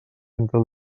entre